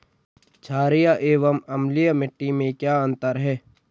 छारीय एवं अम्लीय मिट्टी में क्या अंतर है?